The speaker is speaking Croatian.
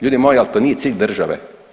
Ljudi moji, ali to nije cilj države.